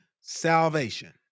salvation